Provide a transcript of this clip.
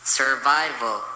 survival